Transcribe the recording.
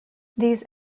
these